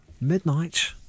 midnight